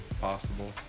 possible